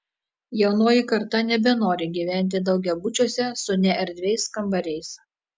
jaunoji karta nebenori gyventi daugiabučiuose su neerdviais kambariais